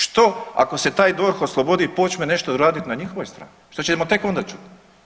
Što ako se taj DORH oslobodi i počne nešto radit na njihovoj strani, što ćemo tek onda čuti?